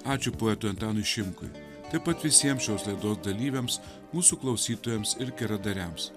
ačiū poetui antanui šimkui taip pat visiems šios laidos dalyviams mūsų klausytojams ir geradariams